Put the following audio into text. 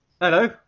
hello